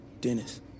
Dennis